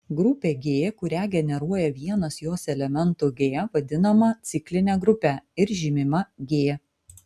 grupė g kurią generuoja vienas jos elementų g vadinama cikline grupe ir žymima g